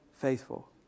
faithful